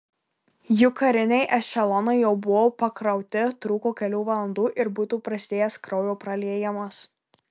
juk kariniai ešelonai jau buvo pakrauti trūko kelių valandų ir būtų prasidėjęs kraujo praliejimas